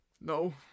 No